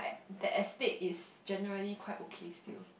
that estate is generally quite okay still